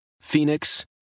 Phoenix